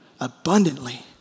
Abundantly